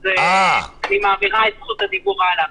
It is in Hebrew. אז אני מעבירה את זכות הדיבור הלאה.